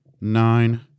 nine